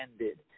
ended